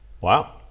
Wow